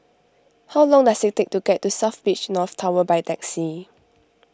how long does it take to get to South Beach North Tower by taxi